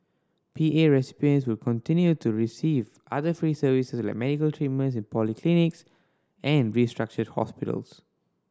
P A recipients will continue to receive other free services like medical treatment in polyclinics and restructured hospitals